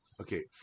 okay